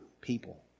People